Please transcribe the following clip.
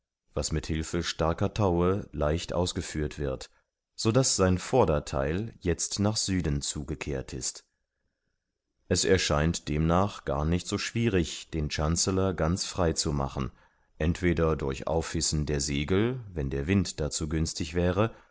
was mit hilfe starker taue leicht ausgeführt wird so daß sein vordertheil jetzt nach süden zu gekehrt ist es erscheint demnach gar nicht so schwierig den chancellor ganz frei zu machen entweder durch aufhissen der segel wenn der wind dazu günstig wäre